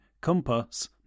Compass